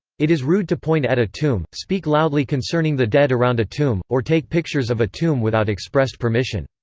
it is rude to point at a tomb, speak loudly concerning the dead around a tomb, or take pictures of a tomb without expressed permission.